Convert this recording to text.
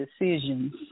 decisions